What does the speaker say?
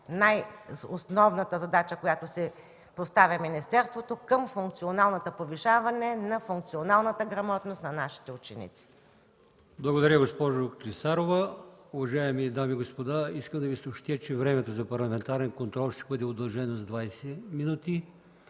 най-основната задача, която си поставя министерството, към повишаване на функционалната грамотност на нашите ученици. ПРЕДСЕДАТЕЛ АЛИОСМАН ИМАМОВ: Благодаря, госпожо Клисарова. Уважаеми дами и господа, искам да Ви съобщя, че времето за парламентарен контрол ще бъде удължено с 20 мин.